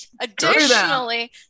Additionally